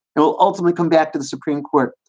it will ultimately come back to the supreme court.